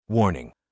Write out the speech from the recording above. Warning